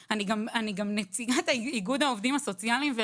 אני גם נציגת איגוד העובדים הסוציאליים.